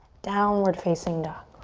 downward facing dog.